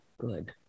good